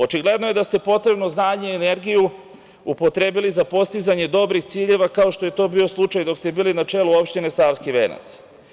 Očigledno je da ste potrebno znanje i energiju upotrebili za postizanje dobrih ciljeva, kao što je to bio slučaj dok ste bili na čelu opštine Savski venac.